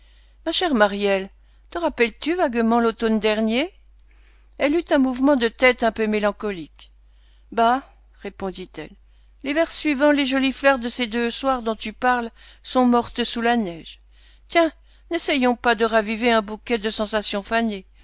ma chère maryelle te rappelles-tu vaguement l'automne dernier elle eut un mouvement de tête un peu mélancolique bah répondit-elle l'hiver suivant les jolies fleurs de ces deux soirs dont tu parles sont mortes sous la neige tiens n'essayons pas de raviver un bouquet de sensations fanées